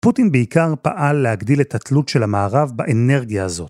פוטין בעיקר פעל להגדיל את התלות של המערב באנרגיה הזאת.